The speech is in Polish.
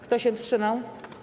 Kto się wstrzymał?